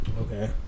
Okay